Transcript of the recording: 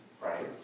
right